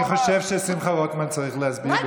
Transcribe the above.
אני חושב ששמחה רוטמן צריך להסביר,